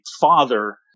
father